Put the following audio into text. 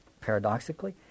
paradoxically